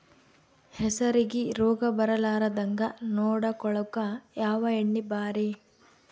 ಹೆಸರಿಗಿ ರೋಗ ಬರಲಾರದಂಗ ನೊಡಕೊಳುಕ ಯಾವ ಎಣ್ಣಿ ಭಾರಿ?